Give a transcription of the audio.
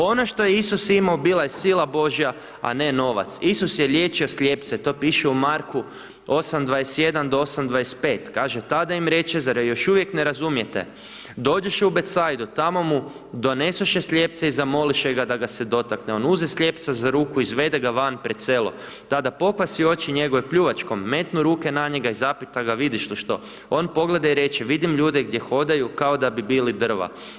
Ono što je Isus imao bila je sila Božja, a ne novac, Isus je liječio slijepce, to piše u Marku 8.21 do 8.25, kaže: „Tada im reče, zar još uvijek ne razumijete, dođoše u Becajdu, tamo mu donesoše slijepce i zamoliše ga da ga se dotakne, on uze slijepca za ruku, izvede ga van pred selo, tada pokvasi oči njegove pljuvačkom, metnu ruke na njega i zapita ga vidiš li što, on pogleda i reče, vidim ljude gdje hodaju kao da bi bili drva.